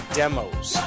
demos